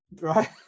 Right